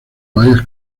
varias